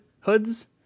hoods